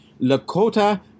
Lakota